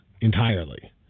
entirely